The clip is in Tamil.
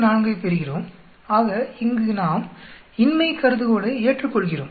24 பெறுகிறோம் ஆக இங்கு நாம் இன்மை கருதுகோளை ஏற்றுக்கொள்கிறோம்